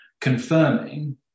confirming